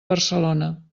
barcelona